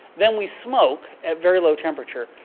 then we smoke at very low temperature.